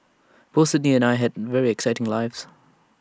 both Sydney and I had very exciting lives